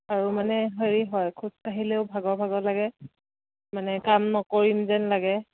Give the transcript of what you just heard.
আৰু মানে হেৰি হয় খোজ কাঢ়িলেও ভাগৰ ভাগৰ লাগে মানে কাম নকৰিম যেন লাগে